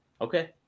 Okay